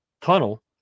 tunnel